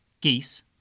Geese